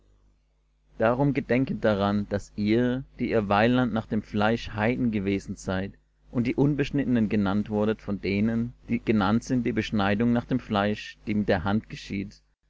darum gedenket daran daß ihr die ihr weiland nach dem fleisch heiden gewesen seid und die unbeschnittenen genannt wurdet von denen die genannt sind die beschneidung nach dem fleisch die mit der hand geschieht